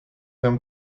them